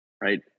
Right